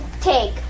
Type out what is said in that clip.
take